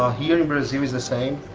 ah here in brazil is the same.